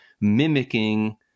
mimicking